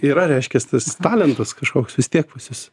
yra reiškias tas talentas kažkoks vis tiek pas jus